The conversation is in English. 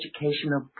educational